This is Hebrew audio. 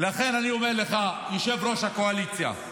יושב-ראש הקואליציה,